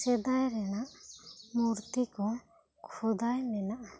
ᱥᱮᱫᱟᱭ ᱨᱮᱱᱟᱜ ᱢᱩᱨᱛᱤ ᱠᱚ ᱠᱷᱚᱫᱟᱭ ᱢᱮᱱᱟᱜ ᱟ